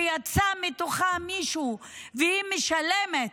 שיצא מתוכה מישהו, והיא משלמת,